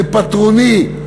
זה פטרוני.